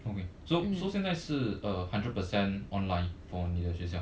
okay so so 现在是 uh hundred percent online for 你的学校